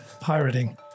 pirating